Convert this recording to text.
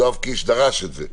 יואב קיש דרש את זה.